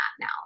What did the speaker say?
now